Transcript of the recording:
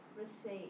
receive